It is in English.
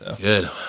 Good